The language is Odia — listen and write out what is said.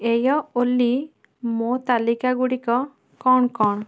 ଏୟ ଓଲ୍ଲୀ ମୋ ତାଲିକା ଗୁଡ଼ିକ କ'ଣ କ'ଣ